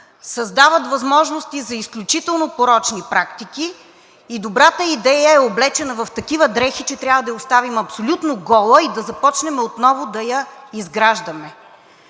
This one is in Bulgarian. Създават възможности за изключително порочни практики и добрата идея е облечена в такива дрехи, че трябва да я оставим абсолютно гола и да започнем отново да я изграждаме.